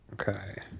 Okay